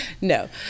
No